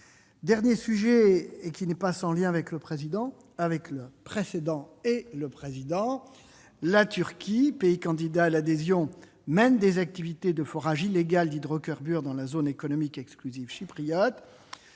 Dernier sujet, qui n'est pas sans lien avec le précédent : la Turquie, pays candidat à l'adhésion, mène des activités de forage illégales d'hydrocarbures dans la zone économique exclusive chypriote.